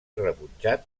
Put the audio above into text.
rebutjat